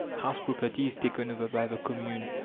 house property is taken over by the commune,